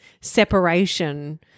separation